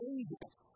Angels